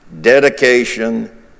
dedication